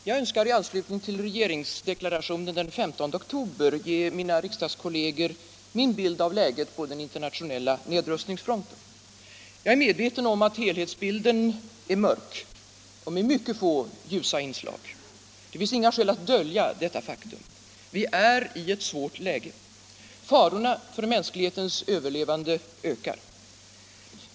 Herr talman! I anslutning till regeringsdeklarationen den 15 oktober önskar jag ge mina riksdagskolleger min bild av läget på den internationella nedrustningsfronten. Jag är medveten om att helhetsbilden är mörk och med mycket få ljusa inslag. Det finns inga skäl att dölja detta faktum. Vi är i ett svårt läge. Farorna för mänsklighetens överlevnad ökar.